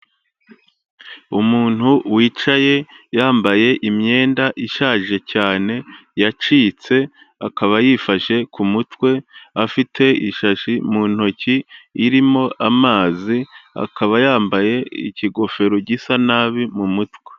Umuntu wicaye yambaye imyenda ishaje cyane yacitse, akaba yifashe ku mutwe, afite ishashi mu ntoki irimo amazi, akaba yambaye ikigofero gisa nabi mu mutwe.